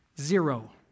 Zero